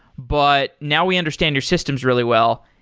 but now we understand your systems really well.